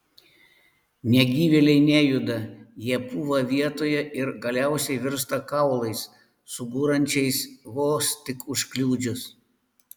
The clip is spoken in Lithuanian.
negyvėliai nejuda jie pūva vietoje ir galiausiai virsta kaulais sugūrančiais vos tik užkliudžius